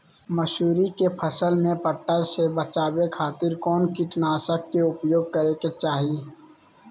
मसूरी के फसल में पट्टा से बचावे खातिर कौन कीटनाशक के उपयोग करे के चाही?